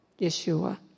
Yeshua